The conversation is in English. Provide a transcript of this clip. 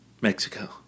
Mexico